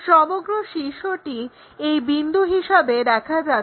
সমগ্র শীর্ষটি এই বিন্দু হিসাবে দেখা যাচ্ছে